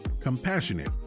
compassionate